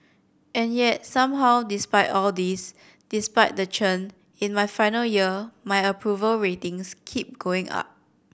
and yet somehow despite all this despite the churn in my final year my approval ratings keep going up